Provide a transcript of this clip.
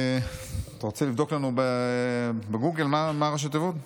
אתה רוצה לבדוק לנו בגוגל מה ראשי התיבות?